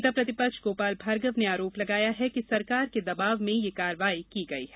नेता प्रतिपक्ष गोपाल भार्गव ने आरोप लगाया है कि सरकार के दबाव में यह कार्यवाही की गई है